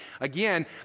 Again